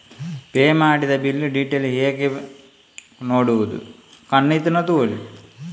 Pay ಮಾಡಿದ bill detail ಹೇಗೆ ನೋಡುವುದು?